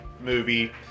movie